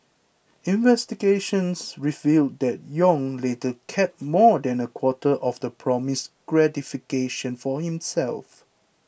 investigations revealed that Yong later kept more than a quarter of the promised gratification for himself